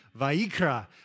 Vaikra